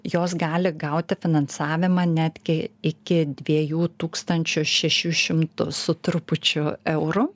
jos gali gauti finansavimą netgi iki dviejų tūkstančių šešių šimtų su trupučiu eurų